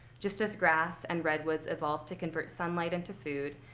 just as grass and redwoods evolved to convert sunlight into food,